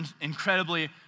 incredibly